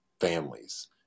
families